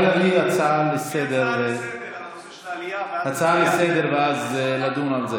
את יכולה להביא הצעה לסדר-היום ואז נדון על זה.